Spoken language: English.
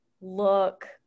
look